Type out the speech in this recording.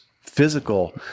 physical